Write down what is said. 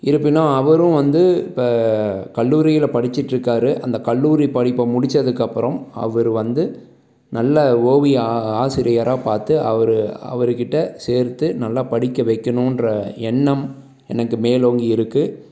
இருப்பினும் அவரும் வந்து இப்போ கல்லூரியில் படிச்சுட்ருக்காரு அந்த கல்லூரி படிப்பை முடித்ததுக்கப்பறம் அவர் வந்து நல்ல ஓவிய ஆசிரியராக பார்த்து அவர் அவர்கிட்ட சேர்த்து நல்லா படிக்கவைக்கணுன்ற எண்ணம் எனக்கு மேலோங்கி இருக்குது